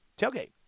Tailgate